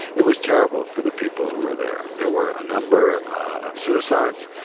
it was terrible for the people who were there. there were a number of suicides.